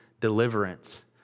deliverance